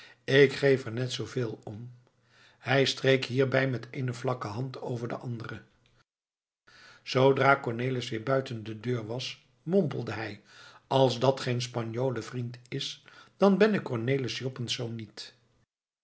ik geef er net zooveel om hij streek hierbij met de eene vlakke hand over de andere zoodra cornelis weer buiten de deur was mompelde hij als dat geen spanjolen vriend is dan ben ik cornelis joppensz niet